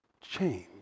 change